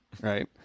Right